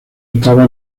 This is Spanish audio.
estaba